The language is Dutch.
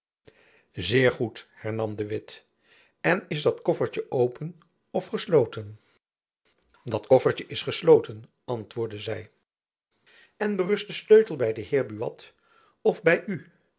zeer goed hernam de witt en is dat koffertjen open of gesloten dat koffertjen is gesloten antwoordde zy en berust de sleutel by den heer buat of by u